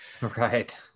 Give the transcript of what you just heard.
Right